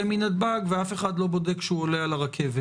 מנתב"ג ואף אחד לא בודק שהוא עולה על הרכבת.